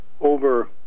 over